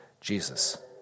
Jesus